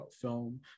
film